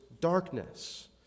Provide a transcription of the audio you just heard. darkness